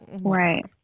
right